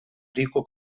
rico